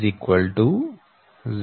4605Ia